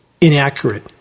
inaccurate